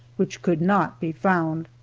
which could not be found.